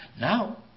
Now